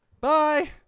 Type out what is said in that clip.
bye